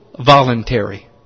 voluntary